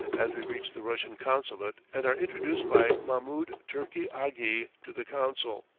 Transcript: as we reach the russian consulate and are introduced by mahmoud turki aghi to the consul.